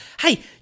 Hey